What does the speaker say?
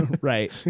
Right